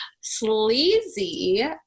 Sleazy